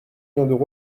millions